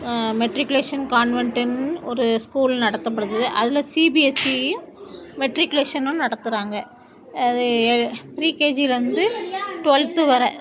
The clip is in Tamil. மெட்ரிக்குலேஷன் கான்வென்ட்டுன்னு ஒரு ஸ்கூல் நடத்தப்படுது அதில் சிபிஎஸ்சியும் மெட்ரிக்குலேஷனும் நடத்துகிறாங்க அது எ ப்ரீகேஜியில இருந்து டுவெல்த்து வர